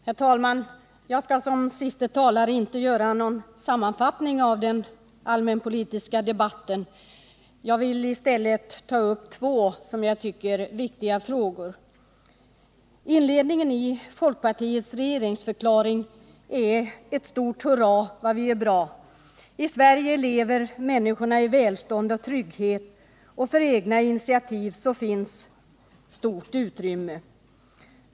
Herr talman! Jag skall som sista talare inte göra någon sammanfattning av den allmänpolitiska debatten. Jag vill i stället ta upp två viktiga frågor. Inledningen i folkpartiets regeringsförklaring är ett stort ”hurra, vad vi är bra”. I Sverige lever människorna i välstånd och trygghet, och för egna initiativ finns det stort utrymme.